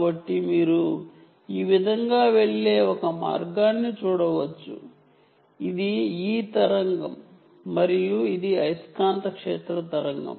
కాబట్టి మీరు ఈ విధంగా వెళ్ళే ఒక మార్గాన్ని చూడవచ్చు ఇది ఎలక్ట్రిక్ ఫీల్డ్ వేవ్ మరియు ఇది మాగ్నెటిక్ ఫీల్డ్ వేవ్